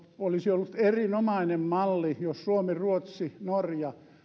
olisi ollut erinomainen malli jos me suomi ruotsi norja